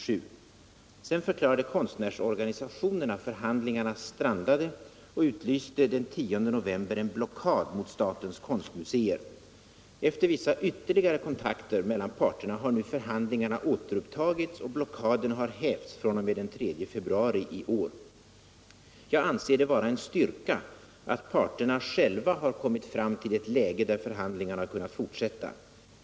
Jag anser det vara en styrka att parterna själva har kommit fram till ett läge där förhandlingarna har kunnat fortsätta.